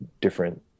different